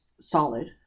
solid